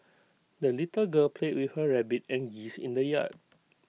the little girl played with her rabbit and geese in the yard